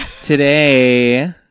Today